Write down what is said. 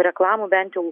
reklamų bent jau